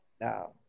Now